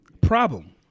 Problem